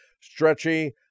stretchy